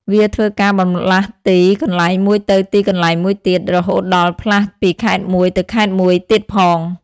វាធ្វើការបន្លាស់ទីកន្លែងមួយទៅទីកន្លែងមួយទៀត រហូតដល់ផ្លាស់ពីខេត្តមួយទៅខេត្តមួយទៀតផង ។